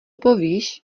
povíš